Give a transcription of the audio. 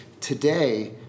Today